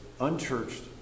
unchurched